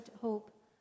hope